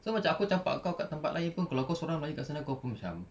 so macam aku campak kau kat tempat lain pun kalau kau sorang melayu kat sana kau pun macam